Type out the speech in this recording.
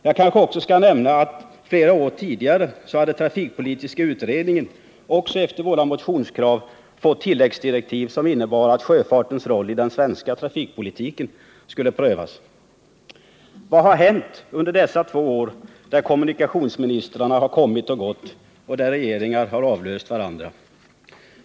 Jag kanske också skall nämna att Nera år tidigare hade sjöfartspolitiska utredningen — också efter motionskrav från oss — fått tilläggsdirektiv som innebar att sjöfartens roll i den svenska trafikpolitiken skulle prövas. Vad har hänt under dessa två år då kommunikationsministrarna har kommit och gått och då regeringar har avlöst varandra?